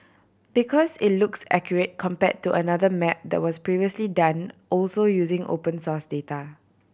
because it looks accurate compare to another map that was previously done also using open source data